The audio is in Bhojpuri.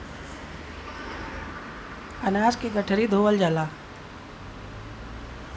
अनाज के गठरी धोवल जाला